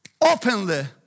openly